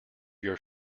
your